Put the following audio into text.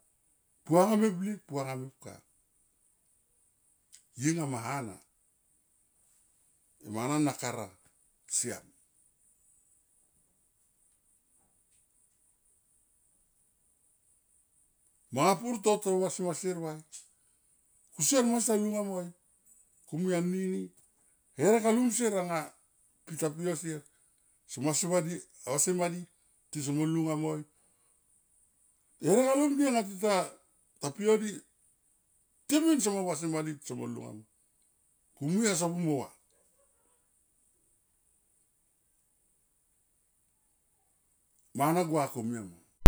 Puanga me blik puanga mepka, ye nga ma hana e mana na ka ra siam. Manga pur tota vasi ma sier va kusier masi ta lunga mo i kumui anini herek alum sier anga tita pi o sier so vasi ma di, vasi madi tisomo lunga moi. Herek alum di anga tita pi o di timin somo vasi ma di somo lunga kumui anga sopu mo va, mana gua komia ma.